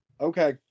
Okay